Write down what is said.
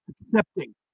accepting